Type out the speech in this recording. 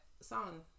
song